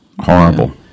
Horrible